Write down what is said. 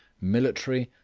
military,